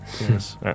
Yes